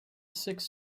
six